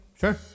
sure